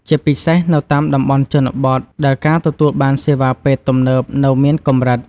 ជាពិសេសនៅតាមតំបន់ជនបទ ដែលការទទួលបានសេវាពេទ្យទំនើបនៅមានកម្រិត